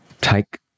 Take